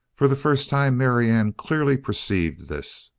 for the first time marianne clearly perceived this.